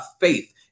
faith